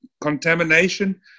contamination